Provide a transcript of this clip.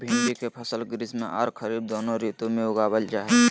भिंडी के फसल ग्रीष्म आर खरीफ दोनों ऋतु में उगावल जा हई